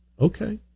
Okay